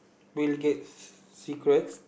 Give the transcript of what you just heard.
Bill Gates secrets